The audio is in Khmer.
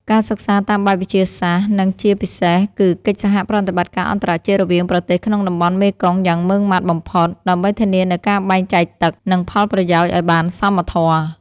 ការសិក្សាតាមបែបវិទ្យាសាស្ត្រ និងជាពិសេសគឺកិច្ចសហប្រតិបត្តិការអន្តរជាតិរវាងប្រទេសក្នុងតំបន់មេគង្គយ៉ាងម៉ឺងម៉ាត់បំផុត ដើម្បីធានានូវការបែងចែកទឹក និងផលប្រយោជន៍ឱ្យបានសមធម៌។